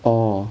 orh